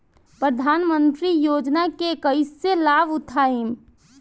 प्रधानमंत्री योजना के कईसे लाभ उठाईम?